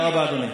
זה מה שמפריע לי.